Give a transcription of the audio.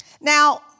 Now